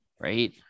right